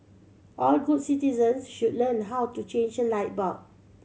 all good citizens should learn how to change a light bulb